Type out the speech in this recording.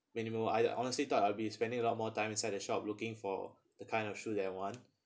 minimum I honestly thought I'll be spending a lot more time inside the shop looking for the kind of shoe that I want